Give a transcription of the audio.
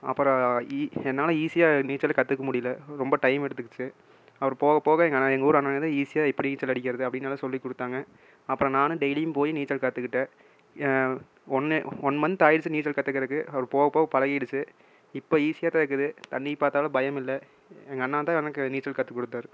அப்புறம் என்னால் ஈஸியாக நீச்சல் கற்றுக்க முடியல ரொம்ப டைம் எடுத்துக்கிச்சு அப்புறம் போக போக எங்கள் ஊர் அண்ணனுக தான் ஈஸியாக எப்படி நீச்சல் அடிக்கிறது அப்படின்னு எல்லாம் சொல்லிக் கொடுத்தாங்க அப்புறம் நானும் டெய்லியும் போய் நீச்சல் கற்றுக்கிட்டேன் ஒன்று ஒன் மன்த் ஆகிடிச்சி நீச்சல் கற்றுக்குறதுக்கு அப்புறம் போகப் போக பழகிடுச்சு இப்போது ஈஸியாகதான் இருக்குது தண்ணியை பார்த்தாலும் பயம் இல்லை எங்கள் அண்ணந்தான் எனக்கு நீச்சல் கற்றுக் கொடுத்தாரு